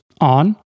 on